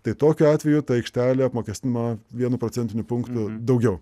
tai tokiu atveju ta aikštelė apmokestinama vienu procentiniu punktu daugiau